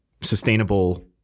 sustainable